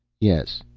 yes,